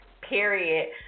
period